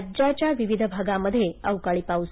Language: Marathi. राज्याच्या विविध भागामध्ये अवकाळी पाऊस